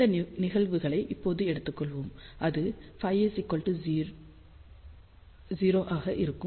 இந்த நிகழ்வுகளை இப்போது எடுத்துக்கொள்வோம் அது Φ0 ஆக இருக்கும்